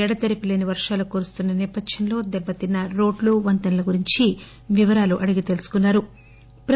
ఎడతెరిపి లేని వర్షాలు కురుస్తున్న నేపథ్యంలో దెబ్బతిన్న రోడ్లువంతెనల గురించి వివరాలు అడిగి తెలుసుకున్నా రు